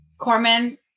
Corman